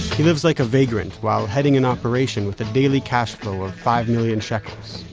he lives like a vagrant, while heading an operation with a daily cash flow of five million shekels,